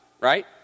right